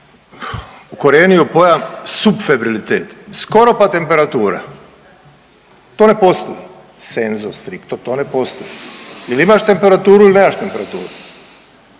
ukorijenio pojam subfebrilitet, skoro pa temperatura, to ne postoji. Sensu stricto to ne postoji ili imaš temperaturu ili nemaš temperaturu.